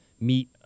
meet